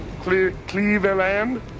Cleveland